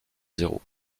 zéro